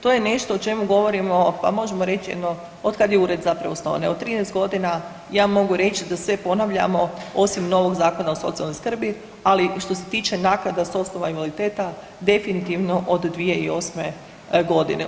To je nešto o čemu govorimo pa možemo reći jedno, od kad je ured zapravo osnovan, evo 13 godina ja mogu reći da sve ponavljamo osim novog Zakona o socijalnoj skrbi, ali što se tiče naknada s osnova invaliditeta definitivno od 2008. godine.